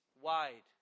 wide